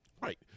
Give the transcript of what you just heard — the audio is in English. Right